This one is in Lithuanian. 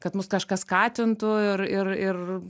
kad mus kažkas skatintų ir ir ir